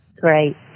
Great